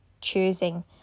choosing